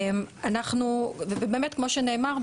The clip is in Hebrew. כמו שנאמר,